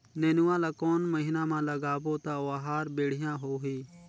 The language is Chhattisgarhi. नेनुआ ला कोन महीना मा लगाबो ता ओहार बेडिया होही?